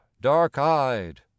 dark-eyed